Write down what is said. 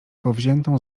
powziętą